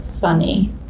funny